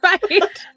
Right